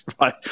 right